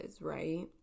right